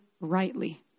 rightly